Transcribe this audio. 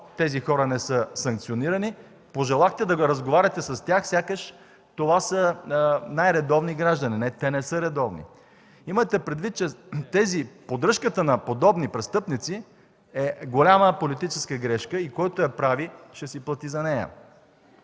тези хора не са санкционирани, пожелахте да разговаряте с тях, сякаш това са най-редовни граждани. Не, те не са редовни. Имайте предвид, че поддръжката на подобни престъпници е голяма политическа грешка и който я прави, ще си плати за нея.